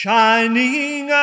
Shining